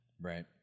Right